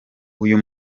uyu